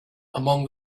among